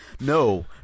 No